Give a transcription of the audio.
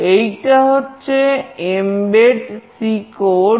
এইটা হচ্ছে Mbed C code